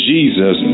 Jesus